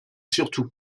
surtout